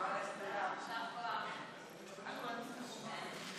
חוק שימוש בזרע של נפטר לשם הולדה,